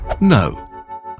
No